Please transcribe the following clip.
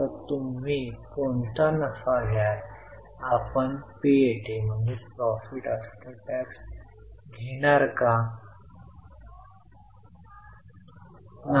तर त्यांना एकूण घेण्यास दर्शवा तर बँक उघडणे 5 6700 बंद करणे समान 5 आणि 6700 आहे आणि उपकरणे ही एक कार्यरत नोट होती